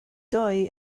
dwy